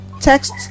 text